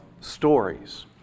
stories